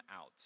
out